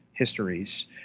Histories